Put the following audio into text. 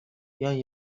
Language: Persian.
بیاین